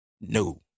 No